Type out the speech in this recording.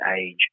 age